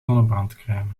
zonnebrandcrème